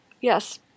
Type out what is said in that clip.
Yes